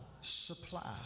supply